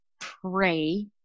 pray